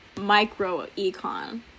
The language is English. micro-econ